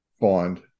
find